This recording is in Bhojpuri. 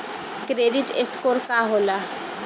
क्रेडिट स्कोर का होला?